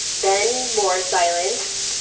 then more silence.